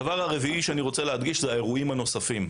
הנושא הרביעי שאני רוצה להדגיש הוא האירועים הנוספים.